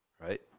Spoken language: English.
right